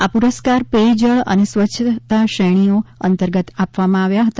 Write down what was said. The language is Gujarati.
આ પુરસ્કાર પેયજળ અને સ્વચ્છતા શ્રેણીઓ અંતર્ગત આપવામાં આવ્યા હતા